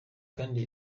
kandi